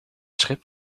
schip